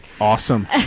Awesome